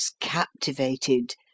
captivated